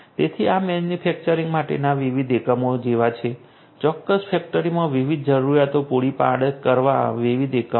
તેથી આ મેન્યુફેક્ચરિંગ માટેના વિવિધ એકમો જેવા છે ચોક્કસ ફેક્ટરીમાં વિવિધ જરૂરિયાતો પૂરી કરતા વિવિધ એકમો